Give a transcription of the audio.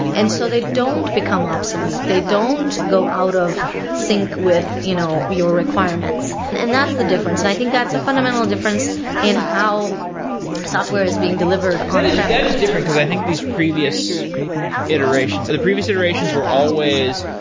and so they don't become obsolete. they don't go out of sync with you know your requirements, and that's the difference, and i think that's a fundamental difference in how software is being delivered on that is different, because i think these previous iterations, and the previous iterations were always,